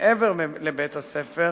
מעבר לבית-הספר,